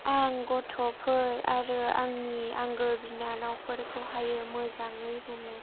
आं गथ'फोर आरो आंनि आंगो बिनानावफोरखौहाय मोजाङै बुङो